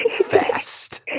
fast